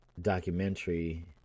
documentary